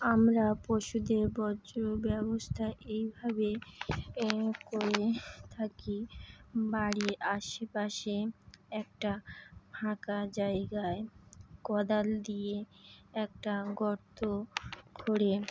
আমরা পশুদের বজ্র ব্যবস্থা এইভাবে করে থাকি বাড়ির আশেপাশে একটা ফাঁকা জায়গায় কোদাল দিয়ে একটা গর্ত করে